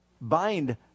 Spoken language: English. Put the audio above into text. bind